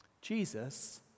Jesus